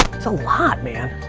it's a lot, man.